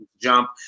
Jump